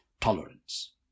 tolerance